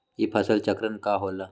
ई फसल चक्रण का होला?